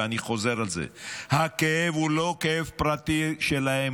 ואני חוזר על זה: הכאב הוא לא כאב פרטי שלהם,